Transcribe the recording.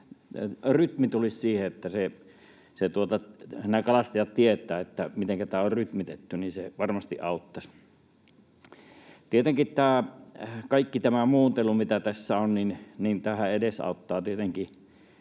rytmi tulisi siihen, että nämä kalastajat tietävät, mitenkä tämä on rytmitetty, niin se varmasti auttaisi. Tietenkin kaikki tämä muuntelu, mitä tässä on, edesauttaa paikallisia